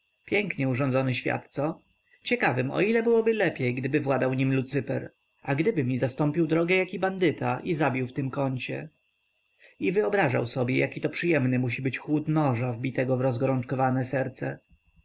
pięknie urządzony świat co ciekawym o ile byłoby lepiej gdyby władał nim lucyper a gdyby mi zastąpił drogę jaki bandyta i zabił w tym kącie i wyobrażał sobie jakito przyjemny musi być chłód noża wbitego w rozgorączkowane serce